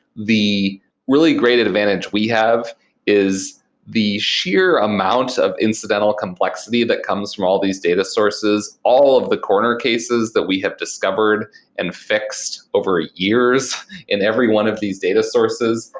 the really great advantage we have is the sheer amount of incidental complexity that comes from all these data sources. all of the corner cases that we have discovered and fixed over years and every one of these data sources,